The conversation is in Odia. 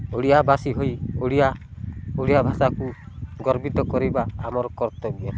ଓଡ଼ିଆବାସୀ ହୋଇ ଓଡ଼ିଆ ଓଡ଼ିଆ ଭାଷାକୁ ଗର୍ବିତ କରିବା ଆମର କର୍ତ୍ତବ୍ୟ